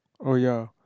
oh ya